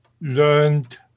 learned